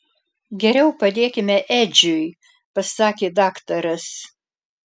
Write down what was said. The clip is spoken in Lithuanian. geriau padėkime edžiui pasakė daktaras